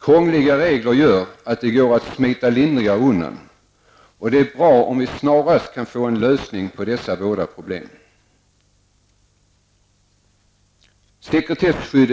Krångliga regler gör att det går att smita lindrigare undan. Det är bra om vi snarast kan få lösningar på dessa båda problem. Sekretesskydd